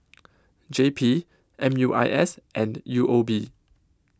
J P M U I S and U O B